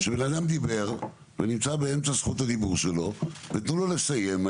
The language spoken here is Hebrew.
כשבן אדם דיבר ונמצא באמצע זכות הדיבור שלו ותנו לו לסיים.